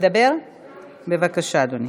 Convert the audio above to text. בבקשה אדוני.